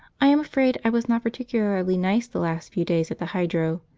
i am afraid i was not particularly nice the last few days at the hydro.